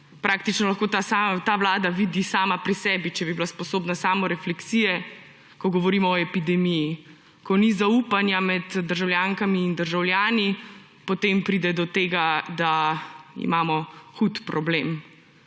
praktično lahko ta vlada vidi sama pri sebi, če bi bila sposobna samorefleksije, ko govorimo o epidemiji. Ko ni zaupanja med državljankami in državljani, potem pride do tega, da imamo hud problem;